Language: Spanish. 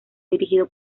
dirigido